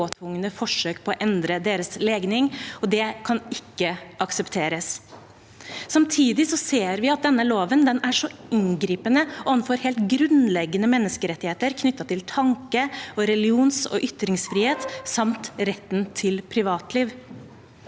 og påtvungne forsøk på å endre deres legning. Det kan ikke aksepteres. Samtidig ser vi at denne loven er så inngripende overfor helt grunnleggende menneskerettigheter knyttet til tanke-, religions- og ytringsfrihet samt retten til privatliv.